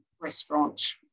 restaurant